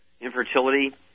infertility